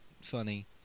funny